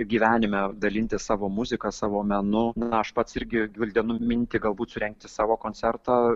gyvenime dalintis savo muzika savo menu na aš pats irgi gvildenu mintį galbūt surengti savo koncertą